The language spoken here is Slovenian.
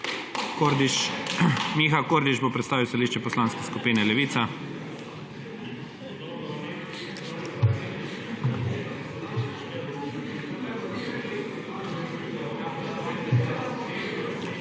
Miha Kordiš bo predstavil stališče Poslanske skupine Levica.